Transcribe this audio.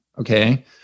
Okay